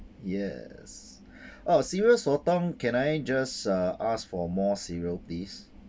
yes oh cereal sotong can I just uh ask for more cereal please